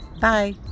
Bye